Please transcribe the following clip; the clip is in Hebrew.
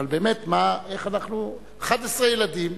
אבל, באמת איך אנחנו, 11 ילדים